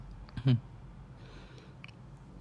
mmhmm